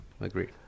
Agreed